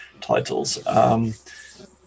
titles